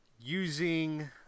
using